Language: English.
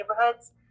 neighborhoods